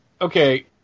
okay